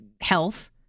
health